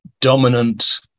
dominant